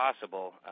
possible